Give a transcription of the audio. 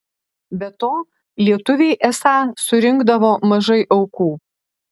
be to lietuviai esą surinkdavo mažai aukų